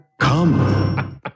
Come